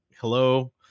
hello